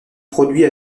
produits